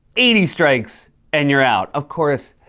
eighty strikes, and you're out. of course,